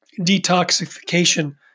detoxification